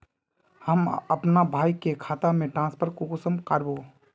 हम अपना भाई के खाता में ट्रांसफर कुंसम कारबे?